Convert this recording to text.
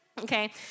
Okay